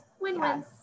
Win-win